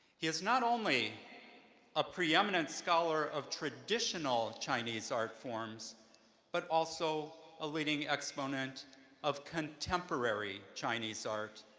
he is not only a preeminent scholar of traditional chinese art forms but also a leading exponent of contemporary chinese art,